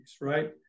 right